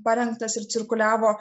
parengtas ir cirkuliavo